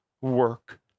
work